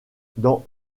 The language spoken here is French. dans